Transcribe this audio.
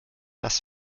das